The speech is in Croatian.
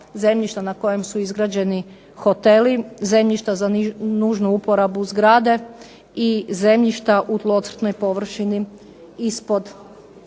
zemljišta na kojem su izgrađeni hoteli, zemljišta za nužnu uporabu zgrade i zemljišta u tlocrtnoj površini ispod